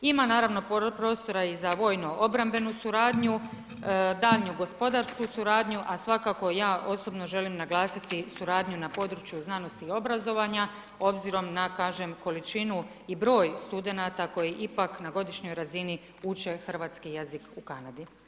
Ima naravno prostora i za vojno-obrambenu suradnju, daljnju gospodarsku suradnju, a svakako ja osobno želim naglasiti suradnju na području znanosti i obrazovanja obzirom na kažem količinu i broj studenata koji ipak na godišnjoj razini uče hrvatski jezik u Kanadi.